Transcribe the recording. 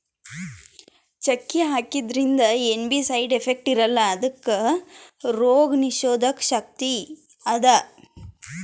ಚಕ್ಕಿ ಹಾಕಿದ್ರಿಂದ ಏನ್ ಬೀ ಸೈಡ್ ಎಫೆಕ್ಟ್ಸ್ ಇರಲ್ಲಾ ಇದಕ್ಕ್ ರೋಗ್ ನಿರೋಧಕ್ ಶಕ್ತಿ ಅದಾ